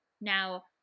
now